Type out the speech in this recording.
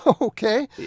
Okay